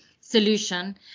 solution